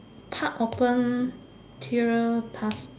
park open tier task